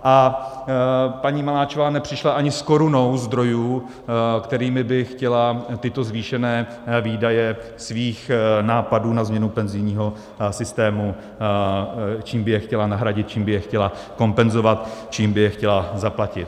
A paní Maláčová nepřišla ani s korunou zdrojů, kterými by chtěla tyto zvýšené výdaje svých nápadů na změnu penzijního systému, čím by je chtěla nahradit, čím by je chtěla kompenzovat, čím by je chtěla zaplatit.